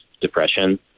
depression